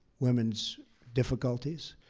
women's difficulties,